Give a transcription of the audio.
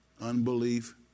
unbelief